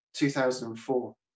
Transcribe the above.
2004